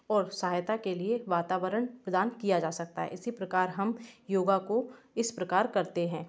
और सहायता के लिए वातावरण प्रदान किया जा सकता है इसी प्रकार हम योगा को इस प्रकार करते हैं